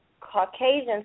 Caucasians